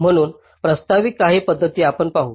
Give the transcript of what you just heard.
म्हणून प्रस्तावित काही पध्दती आपण पाहू